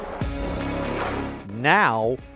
Now